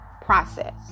process